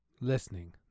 Listening